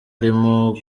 arimo